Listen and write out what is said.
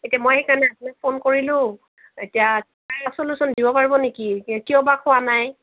এতিয়া মই সেইকাৰণে আপোনাক ফোন কৰিলোঁ এতিয়া কিবা ছ'লিউশ্যন দিব পাৰিব নেকি কিয়বা খোৱা নাই